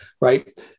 right